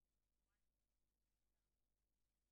בגלל שאנחנו מדברים על כך שיש פה שיקול דעת רפואי,